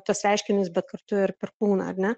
tuos reiškinius bet kartu ir per kūną ar ne